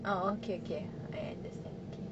oh okay okay and just and okay